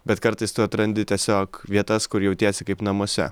bet kartais tu atrandi tiesiog vietas kur jautiesi kaip namuose